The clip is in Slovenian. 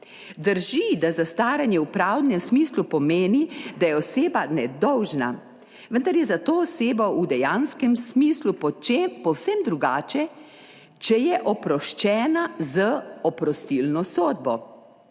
Drži, da zastaranje v pravnem smislu pomeni, da je oseba nedolžna, vendar je za to osebo v dejanskem smislu povsem drugače, če je oproščena z oprostilno sodbo.